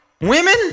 Women